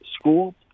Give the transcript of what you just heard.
school